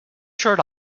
shirt